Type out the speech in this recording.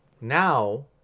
Now